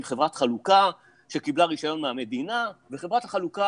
חברת חלוקה שקיבלה רישיון מהמדינה וחברת החלוקה,